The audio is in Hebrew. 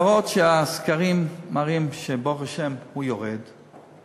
והיות שהסקרים מראים שברוך השם הוא יורד,